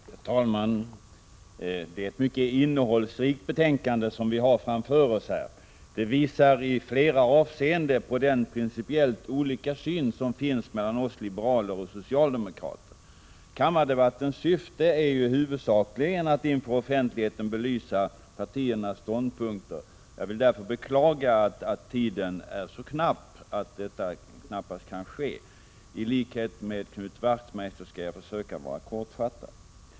Herr talman! Det är ett mycket innehållsrikt betänkande som vi har framför oss. Detta visar i flera avseenden på den principiellt olika syn som finns mellan oss liberaler och socialdemokraterna. Kammardebattens syfte är huvudsakligen att inför offentligheten belysa partiernas ståndpunkter. Jag vill därför beklaga att det är så ont om tid att detta knappast kan ske. I likhet med Knut Wachtmeister skall jag försöka vara kortfattad.